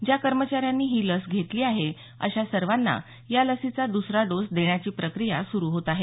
ज्या कर्मचाऱ्यांनी ही लस घेतली आहे अशा सर्वांना या लसीचा दुसरा डोस देण्याची प्रक्रिया सुरु होत आहे